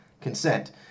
consent